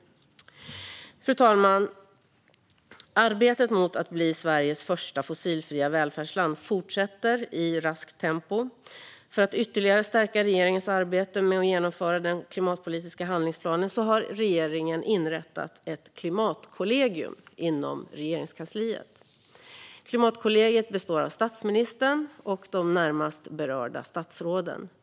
Fru talman! Arbetet för att bli världens första fossilfria välfärdsland fortsätter i raskt tempo. För att ytterligare stärka regeringens arbete med att genomföra den klimatpolitiska handlingsplanen har regeringen inrättat ett klimatkollegium inom Regeringskansliet. Klimatkollegiet består av statsministern och de närmast berörda statsråden.